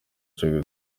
cyo